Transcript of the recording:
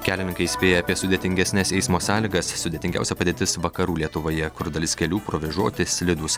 kelininkai įspėja apie sudėtingesnes eismo sąlygas sudėtingiausia padėtis vakarų lietuvoje kur dalis kelių provėžoti slidūs